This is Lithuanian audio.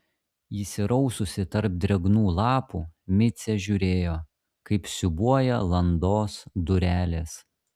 įsiraususi tarp drėgnų lapų micė žiūrėjo kaip siūbuoja landos durelės